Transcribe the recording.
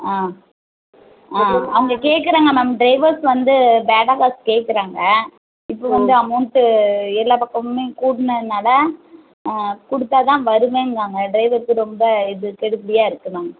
ஆ ஆ அவங்க கேட்குறாங்க மேம் ட்ரைவர்ஸ் வந்து பேட்டா காசு கேட்குறாங்க இப்போ வந்து அமௌண்ட்டு எல்லா பக்கமுமே கூடினனால ஆ கொடுத்தா தான் வருவேங்றாங்க டிரைவர்ஸூக்கு ரொம்ப இது கெடுபிடியா இருக்குது மேம்